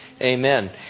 Amen